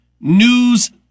news